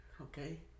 okay